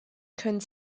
können